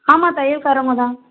ஆமாம் தையல்க்காரவங்க தான்